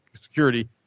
security